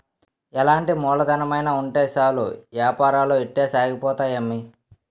ఎలాంటి మూలధనమైన ఉంటే సాలు ఏపారాలు ఇట్టే సాగిపోతాయి అమ్మి